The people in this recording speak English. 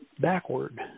backward